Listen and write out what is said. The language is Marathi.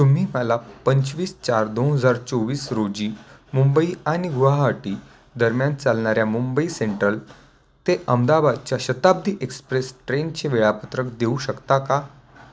तुम्ही मला पंचवीस चार दोन हजार चोवीस रोजी मुंबई आणि गुवाहाटीदरम्यान चालणाऱ्या मुंबई सेंट्रल ते अहमदाबादच्या शताब्दी एक्सप्रेस ट्रेनचे वेळापत्रक देऊ शकता का